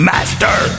Master